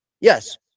Yes